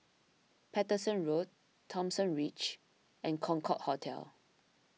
Paterson Road Thomson Ridge and Concorde Hotel